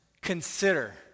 consider